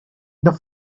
that